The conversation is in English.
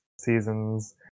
seasons